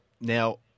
Now